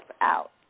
out